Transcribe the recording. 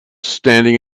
standing